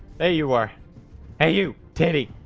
hey you are hey you teddy?